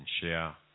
share